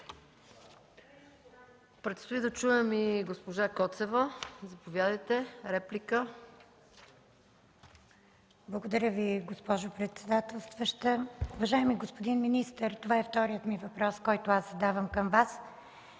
Предстои да чуем и госпожа Коцева. Заповядайте – реплика. ИРЕНА КОЦЕВА (ГЕРБ): Благодаря Ви, госпожо председателстваща. Уважаеми господин министър, това е вторият ми въпрос, който задавам към Вас.